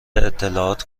اطلاعات